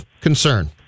concern